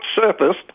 surfaced